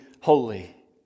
holy